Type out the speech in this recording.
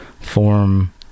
form